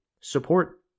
support